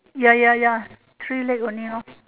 ya ya ya three leg only lor